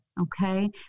Okay